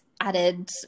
added